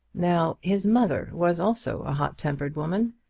now his mother was also a hot-tempered woman,